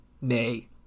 nay